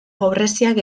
pobreziak